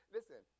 Listen